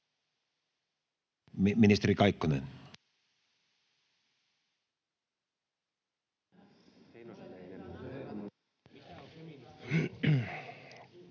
Ministeri Kaikkonen.